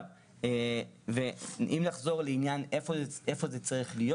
אם נחזור לשאלה איפה זה צריך להיות